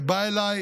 ובא אליי